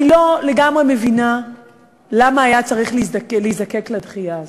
אני לא לגמרי מבינה למה היה צריך להיזקק לדחייה הזאת,